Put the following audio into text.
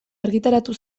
argitaratu